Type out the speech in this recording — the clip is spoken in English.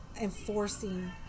enforcing